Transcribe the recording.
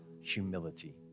humility